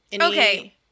Okay